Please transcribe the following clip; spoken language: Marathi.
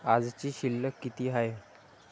आजची शिल्लक किती हाय?